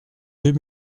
deux